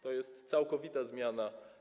To jest całkowita zmiana.